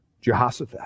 Jehoshaphat